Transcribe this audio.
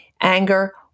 anger